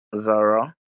Zara